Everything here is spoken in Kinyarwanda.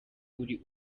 uri